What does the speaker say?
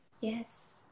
Yes